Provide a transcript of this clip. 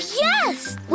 yes